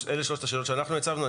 אלה שלוש השאלות שאנחנו הצבנו.